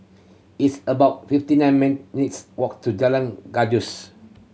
it's about fifty nine minutes walk to Jalan Gajus